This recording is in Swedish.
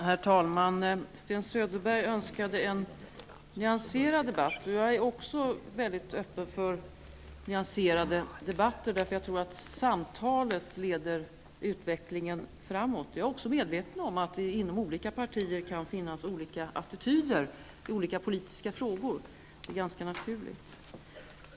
Herr talman! Sten Söderberg önskade en nyanserad debatt. Också jag är mycket öppen för nyanserade debatter, eftersom jag anser att samtalet leder utvecklingen framåt. Jag är även medveten om att det i olika partier kan finnas skilda attityder i olika politiska frågor. Det är ganska naturligt.